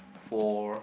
four